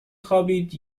خوابید